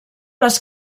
les